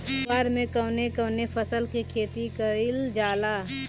कुवार में कवने कवने फसल के खेती कयिल जाला?